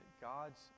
God's